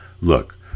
look